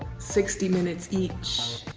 sixty minutes each.